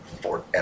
Forever